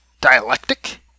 dialectic